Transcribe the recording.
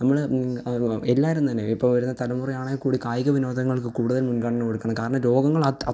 നമ്മള് എല്ലാവരും തന്നെ ഇപ്പം വരുന്ന തലമുറയാണേൽ കൂടി കായിക വിനോദങ്ങള്ക്ക് കൂടുതല് മുന്ഗണന കൊടുക്കുന്നത് കാരണം രോഗങ്ങള് അത്ത്